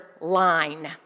line